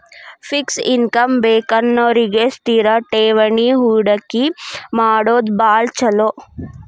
fix income ಬೇಕನ್ನೋರಿಗಿ ಸ್ಥಿರ ಠೇವಣಿ ಹೂಡಕಿ ಮಾಡೋದ್ ಭಾಳ್ ಚೊಲೋ